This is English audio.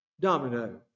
domino